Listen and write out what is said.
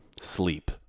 Sleep